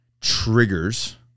triggers